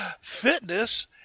fitness